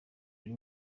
buri